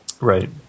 Right